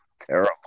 terrible